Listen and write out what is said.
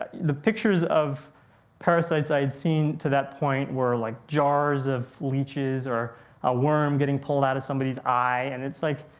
the pictures of parasites i had seen to that point were like jars of leeches or a worm getting pulled out of somebody's eye and its like